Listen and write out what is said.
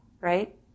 right